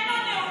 אין לו נאום,